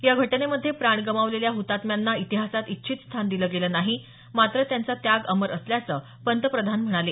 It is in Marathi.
या घटनेमध्ये प्राण गमावलेल्या हुतात्म्यांना इतिहासात इच्छित स्थान दिलं गेलं नाही मात्र त्यांचा त्याग अमर असल्याचं पंतप्रधान म्हणाले